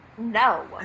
No